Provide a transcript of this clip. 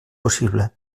possible